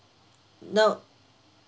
no